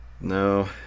no